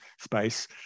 space